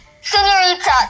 senorita